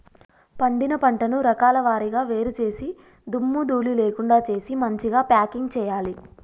పండిన పంటను రకాల వారీగా వేరు చేసి దుమ్ము ధూళి లేకుండా చేసి మంచిగ ప్యాకింగ్ చేయాలి